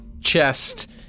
chest